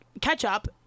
ketchup